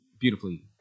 Beautifully